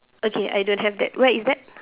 okay I don't have that where is that